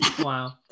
Wow